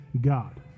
God